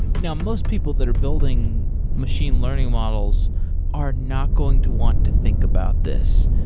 now, most people that are building machine learning models are not going to want to think about this.